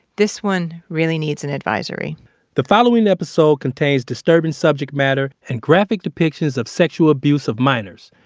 this one really needs an advisory the following episode contains disturbing subject matter and graphic depictions of sexual abuse of minors.